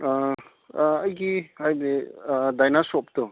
ꯑꯩꯒꯤ ꯍꯥꯏꯕꯗꯤ ꯗꯥꯏꯅꯥ ꯁꯣꯞꯇꯣ